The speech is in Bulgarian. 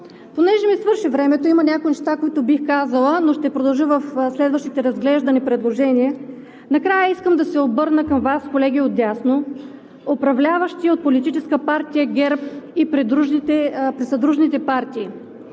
Понеже ми свърши времето, има някои неща, които бих казала, но ще продължа в следващите разглеждания и предложения. Накрая искам да се обърна към Вас, колеги отдясно, управляващи от Политическа партия ГЕРБ и придружни партии: